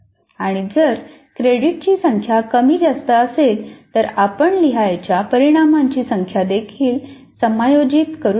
आणि जर क्रेडिटची संख्या कमी जास्त असेल तर आपण लिहावयाच्या परीणामांची संख्या देखील समायोजित करू शकता